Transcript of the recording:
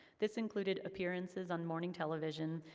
this included appearances on morning television,